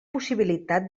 possibilitat